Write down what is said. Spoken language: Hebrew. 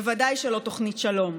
וודאי שלא תוכנית שלום.